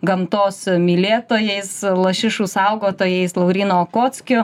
gamtos mylėtojais lašišų saugotojais laurynu okockiu